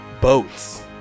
Boats